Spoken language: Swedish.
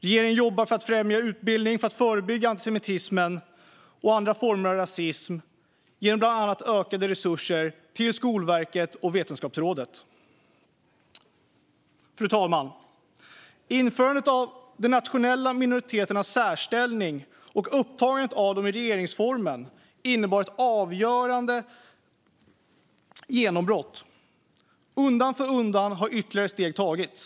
Regeringen jobbar för att främja utbildning för att förebygga antisemitism och andra former av rasism genom bland annat ökade resurser till Skolverket och till Vetenskapsrådet. Fru talman! Införandet av de nationella minoriteternas särställning och upptagandet av dem i regeringsformen innebar ett avgörande genombrott. Undan för undan har ytterligare steg tagits.